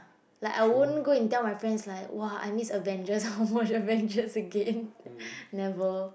like I won't go and tell my friends like !wah! I miss Avengers I want watch Avengers again never